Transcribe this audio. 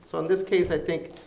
so in this case i think,